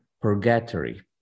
purgatory